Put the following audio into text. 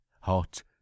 Hot